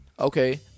Okay